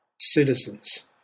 citizens